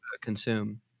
consume